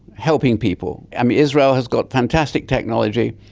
helping people. i mean, israel has got fantastic technology.